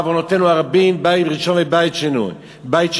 בעוונותינו הרבים, בית ראשון ובית שני,